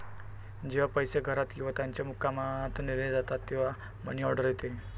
जेव्हा पैसे घरात किंवा त्याच्या मुक्कामात नेले जातात तेव्हा मनी ऑर्डर येते